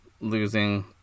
losing